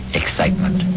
excitement